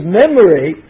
memory